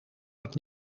dat